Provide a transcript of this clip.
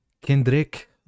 Kendrick